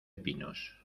pinos